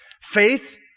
Faith